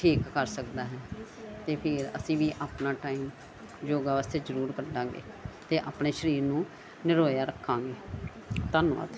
ਠੀਕ ਕਰ ਸਕਦਾ ਅਤੇ ਫਿਰ ਅਸੀਂ ਵੀ ਆਪਣਾ ਟਾਈਮ ਯੋਗਾ ਵਾਸਤੇ ਜ਼ਰੂਰ ਕੱਢਾਂਗੇ ਅਤੇ ਆਪਣੇ ਸਰੀਰ ਨੂੰ ਨਿਰੋਇਆ ਰੱਖਾਂਗੇ ਧੰਨਵਾਦ